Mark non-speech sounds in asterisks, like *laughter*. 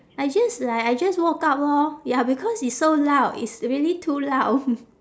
I just like I just woke up lor ya because it's so loud it's really too loud *laughs*